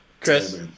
Chris